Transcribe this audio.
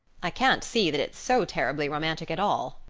i can't see that it's so terribly romantic at all,